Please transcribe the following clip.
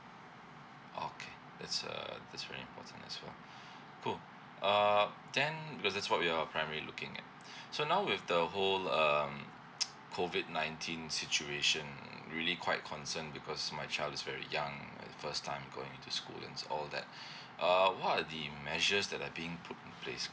okay that's uh that's very important as well !fuh! uh then because that's what we are primarily looking at so now with the whole um COVID nineteen situation really quite concern because my child is very young and it first time he going to school and s~ all that uh what the measures that are being put in place